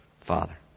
Father